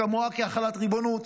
כמוה כהחלת ריבונות.